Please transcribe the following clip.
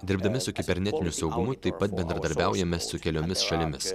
dirbdami su kibernetiniu saugumu taip pat bendradarbiaujame su keliomis šalimis